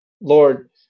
Lord